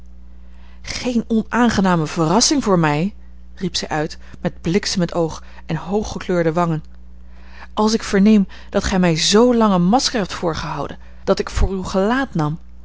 geene onaangename verrassing voor mij riep zij uit met bliksemend oog en hooggekleurde wangen als ik verneem dat gij mij z lang een masker hebt voorgehouden dat ik voor uw gelaat nam